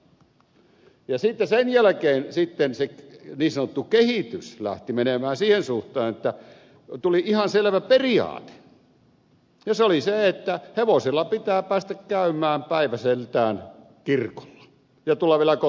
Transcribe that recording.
sitten sen jälkeen se niin sanottu kehitys lähti menemään siihen suuntaan että tuli ihan selvä periaate ja se oli se että hevosella pitää päästä käymään päiväseltään kirkolla ja tulla vielä kotiin yöksi